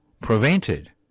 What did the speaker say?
prevented